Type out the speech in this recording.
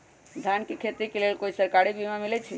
धान के खेती के लेल कोइ सरकारी बीमा मलैछई?